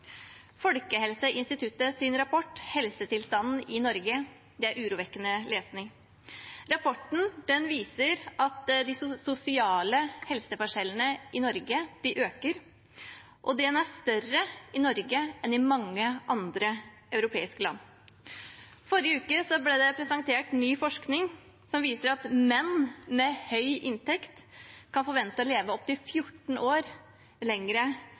rapport Helsetilstanden i Norge er urovekkende lesning. Rapporten viser at de sosiale helseforskjellene i Norge øker, og de er større i Norge enn i mange andre europeiske land. Forrige uke ble det presentert ny forskning som viser at menn med høy inntekt kan forvente å leve opptil 14 år